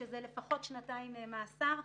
שזה לפחות שנתיים מאסר,